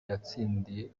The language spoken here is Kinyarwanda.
yatsindiye